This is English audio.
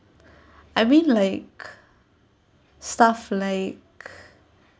I mean like stuff like